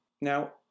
Now